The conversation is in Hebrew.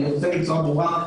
אני אגיד בצורה ברורה,